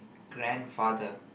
grandfather